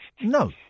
No